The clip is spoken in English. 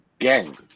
gang